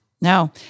No